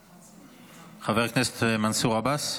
חבר הכנסת מנסור עבאס,